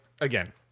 again